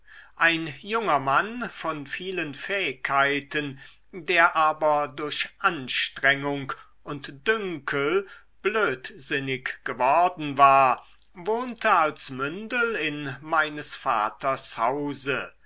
ein junger mann von vielen fähigkeiten der aber durch anstrengung und dünkel blödsinnig geworden war wohnte als mündel in meines vaters hause